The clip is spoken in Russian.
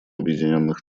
объединенных